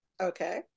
Okay